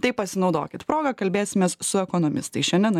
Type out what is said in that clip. tai pasinaudokit proga kalbėsimės su ekonomistais šiandien